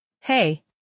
Hey